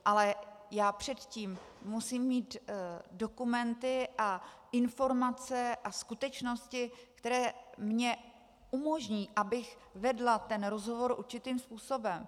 Ale já předtím musím mít dokumenty, informace a skutečnosti, které mi umožní, abych vedla ten rozhovor určitým způsobem.